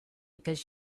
because